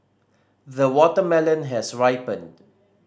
the watermelon has ripened